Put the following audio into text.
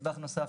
נדבך נוסף,